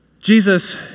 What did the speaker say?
Jesus